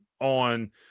on